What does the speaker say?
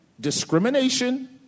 discrimination